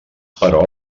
però